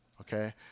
okay